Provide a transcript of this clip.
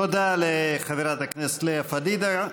תודה לחברת הכנסת לאה פדידה.